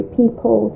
people